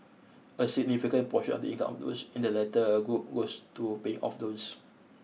a significant portion of the income of those in the latter group goes to paying off loans